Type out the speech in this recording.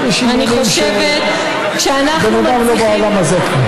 אני חושבת, יש דברים, הבן אדם כבר לא בעולם הזה.